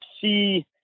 see